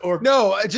No